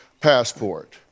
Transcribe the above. passport